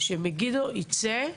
שמגידו יצא,